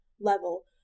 level